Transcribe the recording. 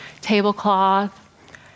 tablecloth